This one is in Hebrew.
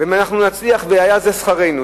ואם אנחנו נצליח, והיה זה שכרנו.